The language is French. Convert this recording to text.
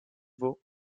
vaut